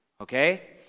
okay